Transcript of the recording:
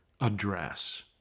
address